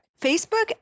Facebook